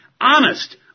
honest